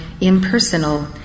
impersonal